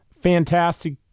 Fantastic